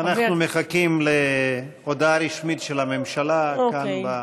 אנחנו מחכים להודעה רשמית של הממשלה כאן במליאה.